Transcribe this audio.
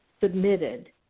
submitted